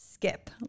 Skip